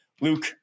Luke